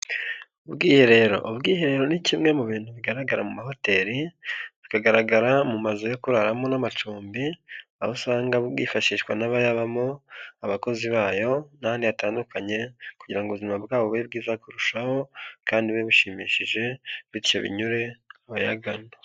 Ubwiherero, ubwiherero ni kimwe mu bintu bigaragara mu mahoteli, bikagaragara mu mazu yo kuraramo n'amacumbi, aho usanga bwifashishwa n'abayabamo, abakozi bayo n'abandi batandukanye kugira ngo ubuzima bwabo bube bwiza kurushaho kandi biba bishimishije bityo binyure abayagana.